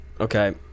Okay